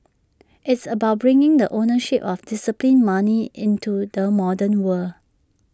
it's about bringing the ownership of disciplined money into the modern world